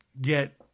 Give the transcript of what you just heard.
get